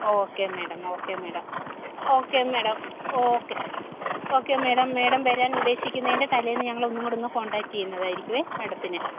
okay madam okay madam okay madam okay okay madam madam വരാനുദ്ധേശിക്കുന്നതിന്റെ തലേന്ന് ഞങ്ങളൊന്നുങ്കുടൊന്ന് contact ചെയ്യുന്നതായിരിക്കുവെ മേഡത്തിനെ